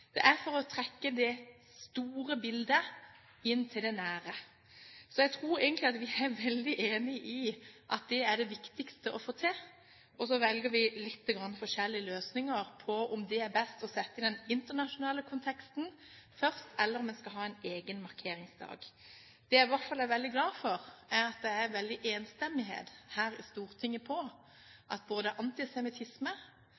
Det er for å trekke det store bildet inn til det nære. Jeg tror egentlig at vi er veldig enige om at det er det viktigste å få til, og så velger vi lite grann forskjellige løsninger – om det er best å sette den internasjonale konteksten først, eller om en skal ha en egen markeringsdag. Det jeg i hvert fall er veldig glad for, er at det er veldig stor enstemmighet her i Stortinget